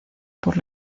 por